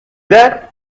that